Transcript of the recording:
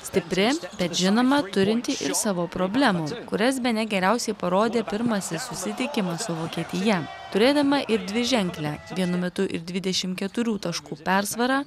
stipri bet žinoma turinti ir savo problemų kurias bene geriausiai parodė pirmasis susitikimas su vokietija turėdama ir dviženklę vienu metu ir dvidešim keturių taškų persvarą